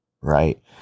Right